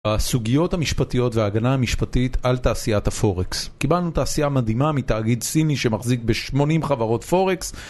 הסוגיות המשפטיות וההגנה המשפטית על תעשיית הפורקס קיבלנו תעשייה מדהימה מתאגיד סיני שמחזיק ב-80 חברות פורקס